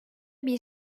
bir